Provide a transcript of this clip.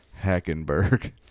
Hackenberg